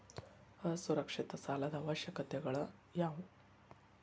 ಅಸುರಕ್ಷಿತ ಸಾಲದ ಅವಶ್ಯಕತೆಗಳ ಯಾವು